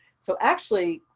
so actually,